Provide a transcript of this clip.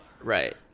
right